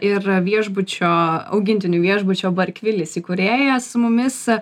ir viešbučio augintinių viešbučio barkvilis įkūrėja su mumis